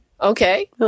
Okay